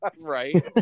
Right